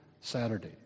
Saturday